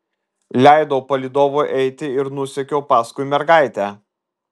leidau palydovui eiti ir nusekiau paskui mergaitę